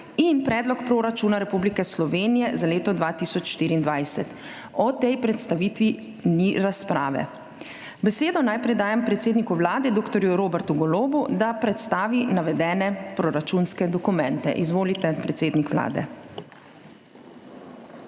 in predlog proračuna Republike Slovenije za leto2024. O tej predstavitvi ni razprave. Besedo najprej dajem predsedniku Vlade, dr. Robertu Golobu, da predstavi navedene proračunske dokumente. Izvolite, predsednik Vlade.